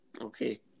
Okay